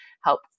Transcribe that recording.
help